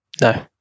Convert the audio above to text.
No